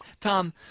Tom